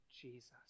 Jesus